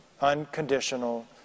unconditional